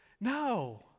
No